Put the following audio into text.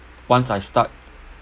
once I start